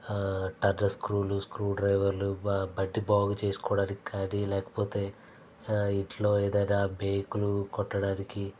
టటా స్క్రూలు స్క్రూ డ్రైవర్లు బా బట్టి బాగు చేసుకోవడానికి కానీ లేకపోతే ఇంట్లో ఏదైనా మేకులు కొట్టడానికి